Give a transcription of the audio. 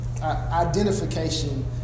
identification